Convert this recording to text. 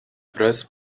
press